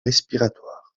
respiratoire